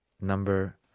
number